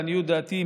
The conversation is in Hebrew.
לעניות דעתי,